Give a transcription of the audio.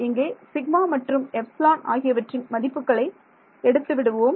இங்கே சிக்மா மற்றும் எப்ஸிலோன் ஆகியவற்றின் மதிப்புகளை எடுத்து விடுவோம்